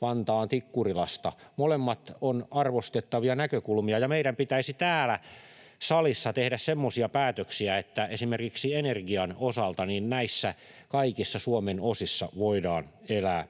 Vantaan Tikkurilasta. Molemmat ovat arvostettavia näkökulmia, ja meidän pitäisi täällä salissa tehdä semmoisia päätöksiä, että esimerkiksi energian osalta näissä kaikissa Suomen osissa voidaan elää